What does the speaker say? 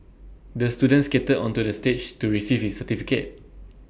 the student skated onto the stage to receive his certificate